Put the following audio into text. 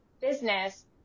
business